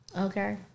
Okay